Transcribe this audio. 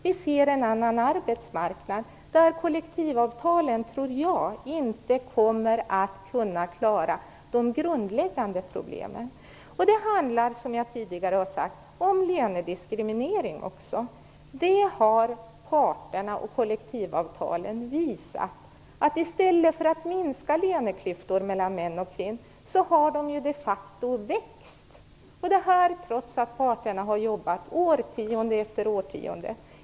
Vi ser en annan arbetsmarknad där jag inte tror att kollektivavtalen kommer att kunna klara de grundläggande problemen. Det handlar också om lönediskriminering, som jag har sagt tidigare. Parterna och kollektivavtalen har visat att löneklyftorna mellan män och kvinnor i stället för att minska de facto växer. Och detta trots att parterna har jobbat årtionde efter årtionde med detta.